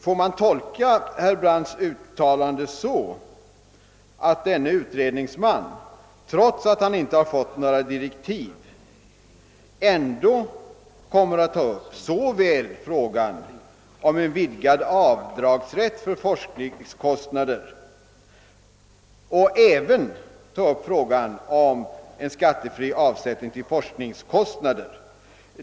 Får jag tolka herr Brandts uttalande så, att denne utredningsman, trots att han inte har fått några direktiv, kommer att ta upp både frågan om vidgad avdragsrätt för forskningskostnader och frågan om skattefria avsättningar till forskningsfonder?